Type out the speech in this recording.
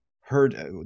heard